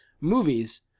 movies